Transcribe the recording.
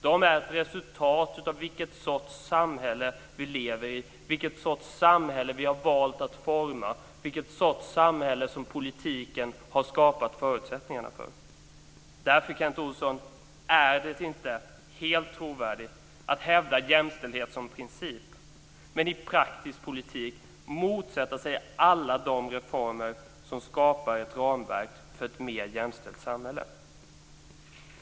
De är ett resultat av vilken sorts samhälle vi lever i, vilken sorts samhälle vi har valt att forma, vilken sorts samhälle som politiken har skapat förutsättningarna för. Därför, Kent Olsson, är det inte helt trovärdigt att hävda jämställdhet som princip men i praktisk politik motsätta sig alla de reformer som skapar ett ramverk för ett mer jämställt samhälle.